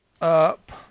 up